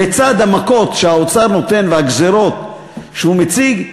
לצד המכות שהאוצר נותן והגזירות שהוא מציג,